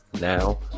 Now